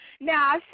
Now